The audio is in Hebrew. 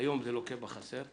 היום הוא לוקה בחסר.